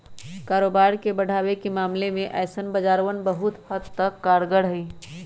कारोबार के बढ़ावे के मामले में ऐसन बाजारवन बहुत हद तक कारगर हई